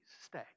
stay